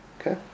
Okay